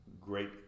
great